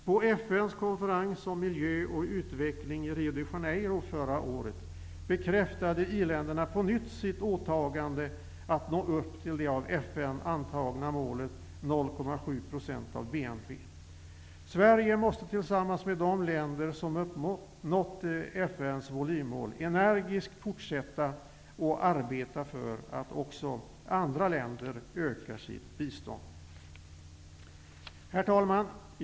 På FN:s konferens om miljö och utveckling i Rio de Janeiro förra året bekräftade iländerna på nytt sitt åtagande att nå upp till det av FN antagna målet på 0,7 % av BNP. Sverige måste tillsammans med de länder som uppnått FN:s volymmål energiskt fortsätta att arbeta för att också andra länder ökar sitt bistånd. Herr talman!